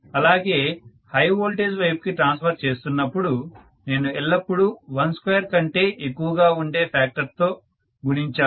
అలాగే high voltage వైపుకి transfer చేస్తున్నపుడు నేను ఎల్లప్పుడూ 12 కంటే ఎక్కువగా ఉండే ఫ్యాక్టర్ తో గుణించాలి